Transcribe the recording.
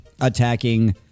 attacking